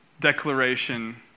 declaration